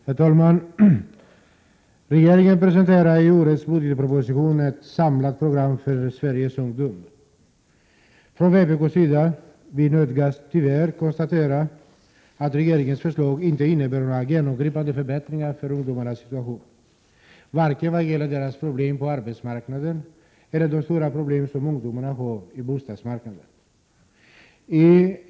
Herr talman! Regeringen presenterar i årets budgetproposition ett samlat program för Sveriges ungdom. Från vpk:s sida nödgas vi tyvärr konstatera att regeringens förslag inte innebär några genomgripande förbättringar för ungdomarnas situation vare sig när det gäller deras problem på arbetsmarknaden eller när det gäller de stora problem som ungdomarna har på bostadsmarknaden.